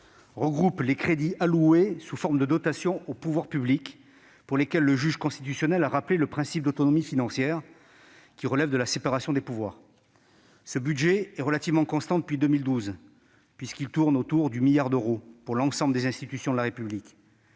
regroupe les crédits alloués sous forme de dotations aux pouvoirs publics, dont le juge constitutionnel a rappelé le principe d'autonomie financière, qui relève de la séparation des pouvoirs. Ce budget est relativement constant depuis 2012, puisqu'il tourne autour de 1 milliard d'euros pour l'ensemble des institutions de la République.